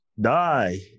die